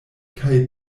kaj